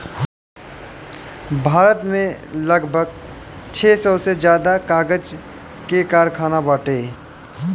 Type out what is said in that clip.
भारत में लगभग छह सौ से ज्यादा कागज कअ कारखाना बाटे